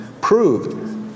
proved